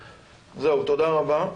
זהו, תודה רבה.